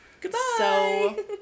Goodbye